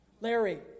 Larry